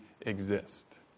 exist